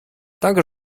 danke